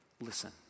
Listen